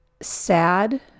sad